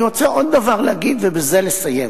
אני רוצה עוד דבר להגיד, ובזה לסיים.